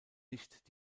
nicht